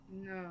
No